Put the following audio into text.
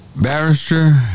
Barrister